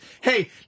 Hey